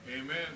Amen